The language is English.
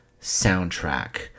soundtrack